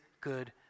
good